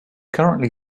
currently